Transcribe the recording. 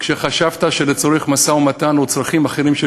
כשחשבת שלצורך משא-ומתן או צרכים אחרים של